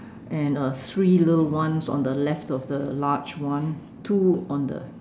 and uh three little ones on the left of the large one two on the